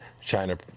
China